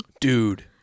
Dude